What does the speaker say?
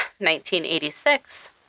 1986